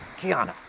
Kiana